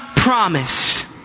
promise